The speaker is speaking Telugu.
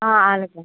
అలాగే